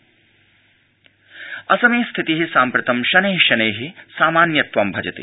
असम स्थिति असमे स्थिति साम्प्रतं शनै शनै सामान्यत्वं भजते